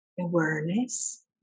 awareness